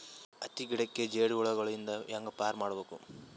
ಹತ್ತಿ ಗಿಡಕ್ಕೆ ಜೇಡ ಹುಳಗಳು ಇಂದ ಹ್ಯಾಂಗ್ ಪಾರ್ ಮಾಡಬೇಕು?